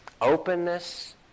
openness